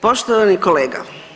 Poštovani kolega.